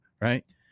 right